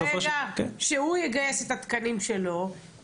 ברגע שהוא יגייס את התקנים שלו --- כי בסופו של דבר,